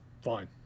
Fine